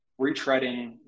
retreading